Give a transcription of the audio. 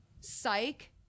Psych